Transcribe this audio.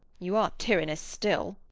you are tyrannous still.